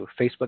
Facebook